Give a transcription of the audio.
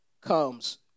comes